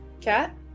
Cat